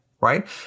right